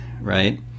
right